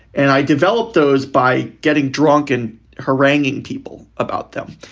and i develop those by getting drunk and haranguing people about them,